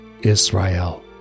Israel